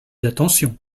d’attention